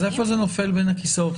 איפה זה נופל בין הכיסאות?